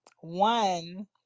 One